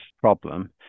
problem